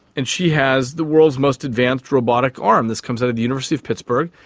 and she has the world's most advanced robotic arm. this comes out of the university of pittsburgh,